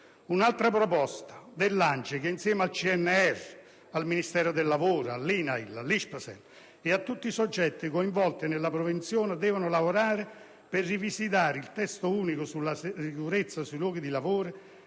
Un'altra proposta dell'ANCE, che insieme al CNR, al Ministero del lavoro, all'INAIL, all'ISPESL e a tutti i soggetti coinvolti nella prevenzione deve lavorare per rivisitare il Testo unico sulla sicurezza sui luoghi di lavoro,